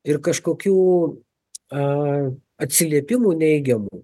ir kažkokių a atsiliepimų neigiamų